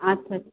আচ্ছা